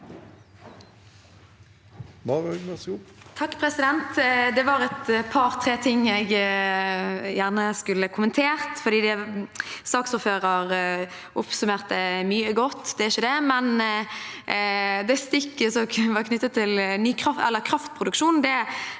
Det er et par–tre ting jeg gjerne skulle ha kommentert. Saksordføreren oppsummerte mye godt, det er ikke det, men det stikket som var knyttet til kraftproduksjon,